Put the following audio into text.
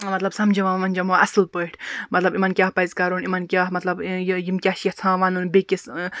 مَطلَب سَمجاوان وَمجاوان وۄنۍ اصٕل پٲٹھۍ مَطلَب اِمَن کیاہ پَزِ کَرُن اِمَن کیاہ مَطلَب یِم کیاہ چھِ یَژھان وَنُن بیٚکِس